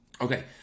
Okay